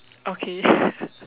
okay